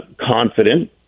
confident